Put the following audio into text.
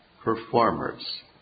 performers